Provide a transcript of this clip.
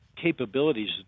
capabilities